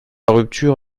rupture